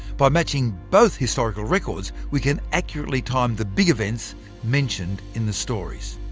by matching both historical records, we can accurately time the big events mentioned in the stories.